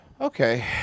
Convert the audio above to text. Okay